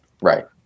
Right